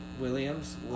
Williams